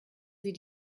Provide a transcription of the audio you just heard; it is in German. sie